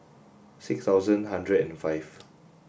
six thousand hundred and five